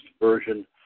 version